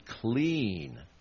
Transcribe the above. clean